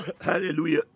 hallelujah